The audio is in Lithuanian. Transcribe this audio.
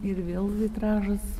ir vėl vitražas